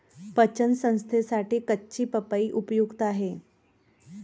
पचन संस्थेसाठी कच्ची पपई उपयुक्त आहे